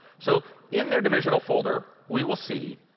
so in their divisional folder, we will see